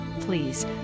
Please